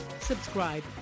subscribe